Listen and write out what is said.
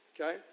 Okay